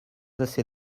assez